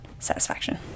satisfaction